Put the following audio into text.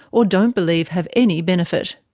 or don't believe have any benefit.